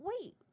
wait